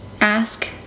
ask